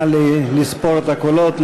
נא לספור את הקולות,